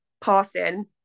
passing